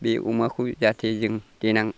बे अमाखौ जाहथे जों देनां